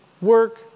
work